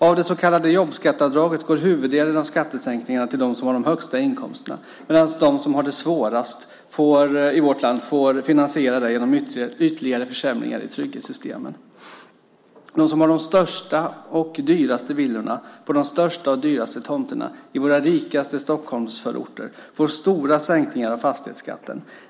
Av det så kallade jobbskatteavdraget går huvuddelen av skattesänkningarna till dem som har de högsta inkomsterna medan de i vårt land som har det svårast får finansiera det genom ytterligare försämringar i trygghetssystemen. De som har de största och dyraste villorna på de största och dyraste tomterna i våra rikaste Stockholmsförorter får stora sänkningar av fastighetsskatten.